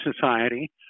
Society